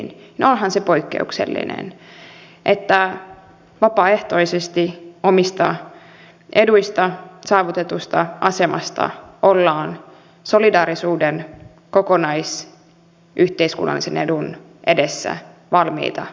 no onhan se poikkeuksellista että vapaaehtoisesti omista eduista saavutetusta asemasta ollaan solidaarisuuden kokonaisyhteiskunnallisen edun edessä valmiita tinkimään